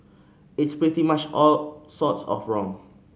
it's pretty much all sorts of wrong